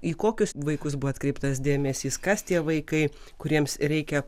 į kokius vaikus buvo atkreiptas dėmesys kas tie vaikai kuriems reikia